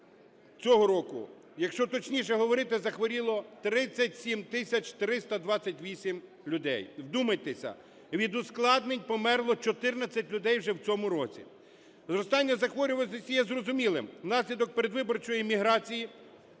цього року, якщо точніше говорити, захворіло 37 тисяч 328 людей. Вдумайтеся: від ускладнень померло 14 людей вже в цьому році. Зростання захворюваності є зрозумілим. Внаслідок передвиборчої еміграції,